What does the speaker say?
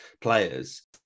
players